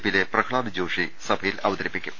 പിയിലെ പ്രഹ്ളാദ് ജോഷി അവതരിപ്പിക്കും